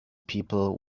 people